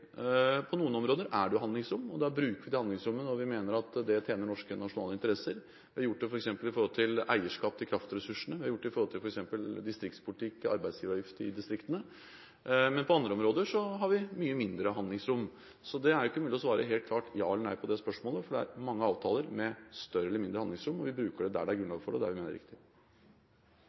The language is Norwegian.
På noen områder er det handlingsrom, og da bruker vi det handlingsrommet når vi mener at det tjener norske nasjonale interesser. Vi har gjort det f.eks. når det gjelder eierskap til kraftressursene, når det gjelder distriktspolitikk og arbeidsgiveravgift i distriktene. Men på andre områder har vi mye mindre handlingsrom. Det er ikke mulig å svare helt klart ja eller nei på dette spørsmålet, for det er mange avtaler med større eller mindre handlingsrom. Vi bruker det der det er grunnlag for det, og der vi mener det er riktig.